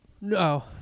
No